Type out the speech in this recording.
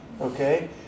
Okay